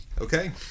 Okay